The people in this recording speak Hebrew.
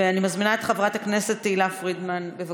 אני מזמינה את חברת הכנסת תהלה פרידמן, בבקשה.